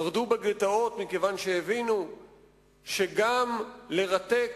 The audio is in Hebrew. מרדו בגטאות מכיוון שהבינו שגם לרתק